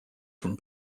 from